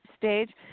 stage